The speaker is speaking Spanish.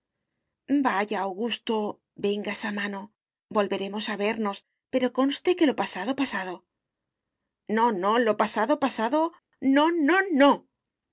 vaya augusto venga esa mano volveremos a vernos pero conste que lo pasado pasado no no lo pasado pasado no no no